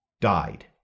died